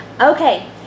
Okay